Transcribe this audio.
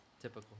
typical